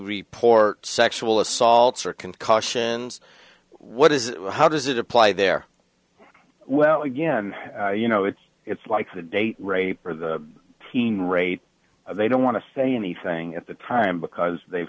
report sexual assaults or concussions what is it how does it apply there well again you know it's it's like a date rape for the teen rate they don't want to say anything at the time because they've